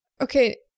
okay